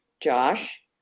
Josh